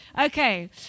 Okay